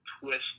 twist